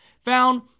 found